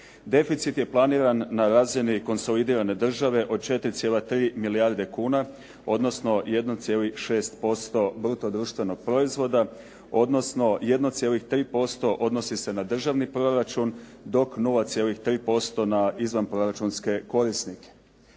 Deficit je planiran na razini konsolidirane države od 4,3 milijarde kuna, odnosno 1,6% bruto društvenog proizvoda, odnosno 1,3% odnosi se na državni proračun dok 0,3% na izvanproračunske korisnike.